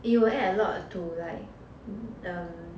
it will add alot to like um